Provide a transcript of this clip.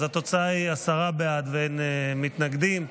אז התוצאה היא עשרה בעד, ואין מתנגדים.